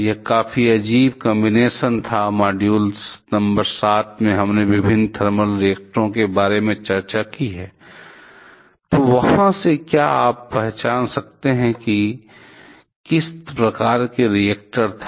यह काफी अजीब कॉम्बिनेशन था मॉड्यूल नंबर 7 में हमने विभिन्न थर्मल रिएक्टरों के बारे में चर्चा की है तो वहाँ से क्या आप पहचान सकते हैं कि यह किस प्रकार का रिएक्टर था